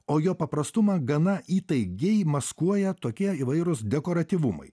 o jo paprastumą gana įtaigiai maskuoja tokie įvairūs dekoratyvumai